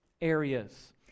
areas